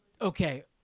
Okay